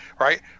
right